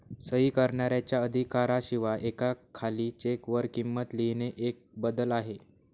सही करणाऱ्याच्या अधिकारा शिवाय एका खाली चेक वर किंमत लिहिणे एक बदल आहे